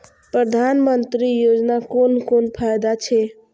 प्रधानमंत्री योजना कोन कोन फायदा छै?